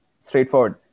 straightforward